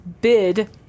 bid